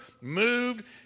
moved